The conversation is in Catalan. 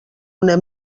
una